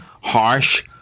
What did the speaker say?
harsh